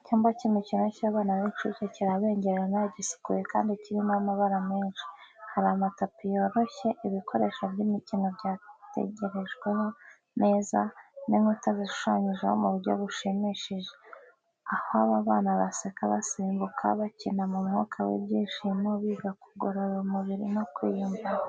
Icyumba cy’imikino cy’abana b’incuke kirabengerana, gisukuye kandi kirimo amabara menshi. Hari amatapi yoroshye, ibikoresho by’imikino byatekerejweho neza, n’inkuta zishushanyije mu buryo bushimishije. Aho abana baseka, basimbuka, bakina mu mwuka w’ibyishimo, biga kugorora umubiri no kwiyumvamo